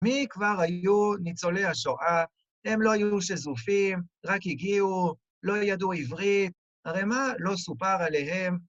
מי כבר היו ניצולי השואה, הם לא היו שזופים, רק הגיעו, לא ידעו עברית, הרי מה לא סופר עליהם?